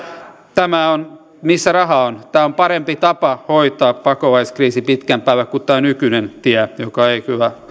missä raha on tämä on pitkän päälle parempi tapa hoitaa pakolaiskriisi kuin tämä nykyinen tie joka ei